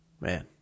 man